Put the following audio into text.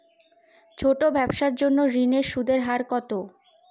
ছোট ব্যবসার জন্য ঋণের সুদের হার কত?